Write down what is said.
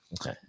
Okay